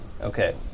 okay